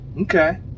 Okay